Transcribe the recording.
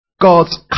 God's